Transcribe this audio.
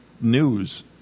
news